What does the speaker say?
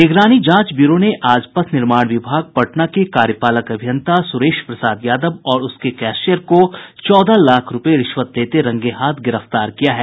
निगरानी जांच ब्यूरो ने आज पथ निर्माण विभाग पटना के कार्यपालक अभियंता सुरेश प्रसाद यादव और उसके कैशियर को चौदह लाख रूपये रिश्वत लेते रंगे हाथ गिरफ्तार किया है